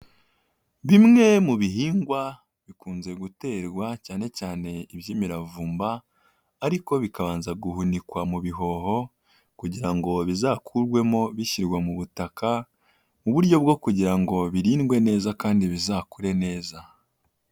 Bimwe mu bihingwa bikunze guterwa cyane cyane iby'imiravumba ariko bikabanza guhunikwa mu bihoho kugira ngo bizakurwemo bishyirwa mu butaka, mu buryo bwo kugira ngo birindwe neza kandi bizakure neza.